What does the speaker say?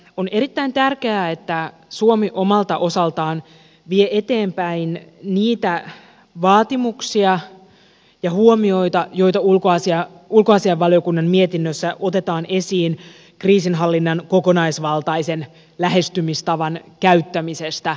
on erittäin tärkeää että suomi omalta osaltaan vie eteenpäin niitä vaatimuksia ja huomioita joita ulkoasiainvaliokunnan mietinnössä otetaan esiin kriisinhallinnan kokonaisvaltaisen lähestymistavan käyttämisestä